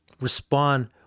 respond